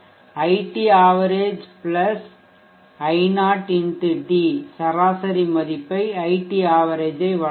iT average i0X d சராசரி மதிப்பை iT average வழங்கும்